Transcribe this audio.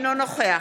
אינו נוכח